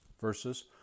verses